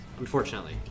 Unfortunately